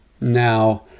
now